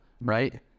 right